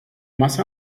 masse